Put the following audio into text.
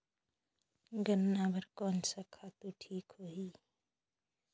गन्ना बार कोन सा खातु ठीक होही?